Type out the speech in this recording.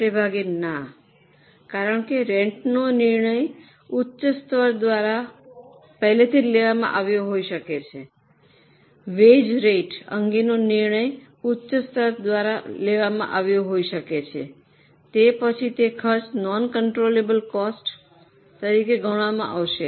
મોટે ભાગે ના કારણ કે રેન્ટનો નિર્ણય ઉચ્ચ સ્તર દ્વારા પહેલેથી લેવામાં આવ્યો હોઈ શકે છે વેજ રેટ અંગેનો નિર્ણય ઉચ્ચ સ્તર દ્વારા લેવામાં આવ્યો હોઈ શકે છે તે પછી તે ખર્ચ નોન કન્ટ્રોલબલ કોસ્ટ તરીકે ગણવામાં આવશે